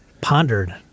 Pondered